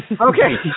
Okay